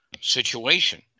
situation